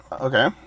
Okay